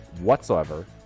whatsoever